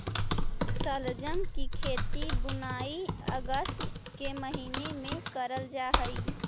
शलजम की खेती बुनाई अगस्त के महीने में करल जा हई